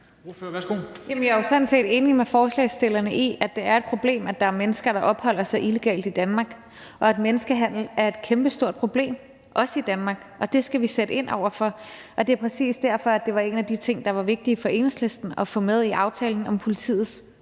jeg er jo sådan set enig med forslagsstillerne i, at det er et problem, at der er mennesker, der opholder sig illegalt i Danmark, og at menneskehandel er et kæmpestort problem, også i Danmark, og det skal vi sætte ind over for. Og det er præcis derfor, det var en af de ting, der var vigtige for Enhedslisten at få med i aftalen om politiets